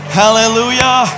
hallelujah